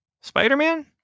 spider-man